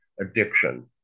addiction